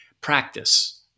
practice